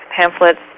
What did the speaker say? pamphlets